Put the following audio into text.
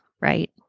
Right